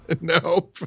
No